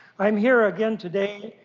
i am here again today,